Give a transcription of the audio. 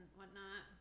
whatnot